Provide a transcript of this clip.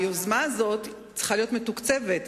היוזמה הזאת צריכה להיות מתוקצבת,